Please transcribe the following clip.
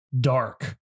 Dark